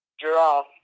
Giraffe